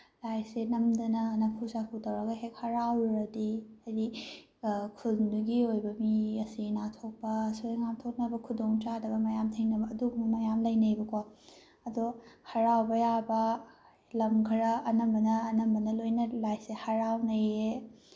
ꯂꯥꯏꯁꯦ ꯅꯝꯗꯅ ꯅꯝꯐꯨ ꯁꯥꯐꯨ ꯇꯧꯔꯒ ꯍꯦꯛ ꯍꯔꯥꯎꯔꯨꯔꯗꯤ ꯍꯥꯏꯗꯤ ꯈꯨꯜꯗꯨꯒꯤ ꯑꯣꯏꯕ ꯃꯤ ꯑꯁꯤ ꯑꯅꯥ ꯊꯣꯛꯄ ꯑꯁꯣꯏ ꯑꯉꯥꯝ ꯊꯣꯛꯅꯕ ꯈꯨꯗꯣꯡꯆꯥꯗꯕ ꯃꯌꯥꯝ ꯊꯦꯡꯅꯕ ꯑꯗꯨꯒꯨꯝꯕ ꯃꯌꯥꯝ ꯂꯩꯅꯩꯕꯀꯣ ꯑꯗꯣ ꯍꯔꯥꯎꯕ ꯌꯥꯕ ꯈꯔ ꯑꯅꯝꯕꯅ ꯑꯅꯝꯕꯅ ꯂꯣꯏꯅ ꯂꯥꯏꯁꯦ ꯍꯔꯥꯎꯅꯩꯌꯦ